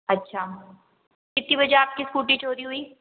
अच्छा कितने बजे आपकी स्कूटी चोरी हुई